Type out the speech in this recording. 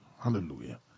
Hallelujah